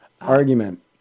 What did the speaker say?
argument